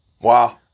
Wow